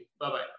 bye-bye